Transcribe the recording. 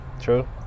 true